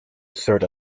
assert